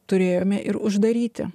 turėjome ir uždaryti